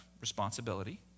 responsibility